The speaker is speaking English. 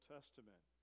Testament